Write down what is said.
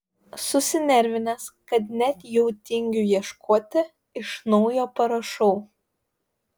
susinervinęs kad net jau tingiu ieškoti iš naujo parašau